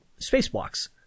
spacewalks